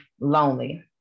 lonely